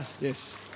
yes